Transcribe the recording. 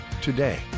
today